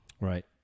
Right